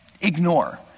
ignore